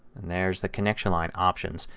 and there's the connection line options.